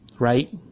right